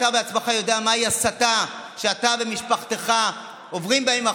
אתה עצמך יודע מהי הסתה שאתה ומשפחתך עוברים בימים האחרונים,